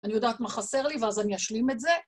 אני יודעת מה חסר לי ואז אני אשלים את זה.